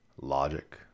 logic